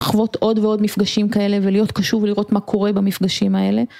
לחוות עוד ועוד מפגשים כאלה ולהיות קשוב לראות מה קורה במפגשים האלה